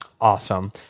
Awesome